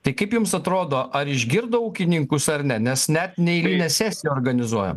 tai kaip jums atrodo ar išgirdo ūkininkus ar ne nes net neeilinę sesiją organizuoja